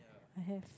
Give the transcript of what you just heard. I have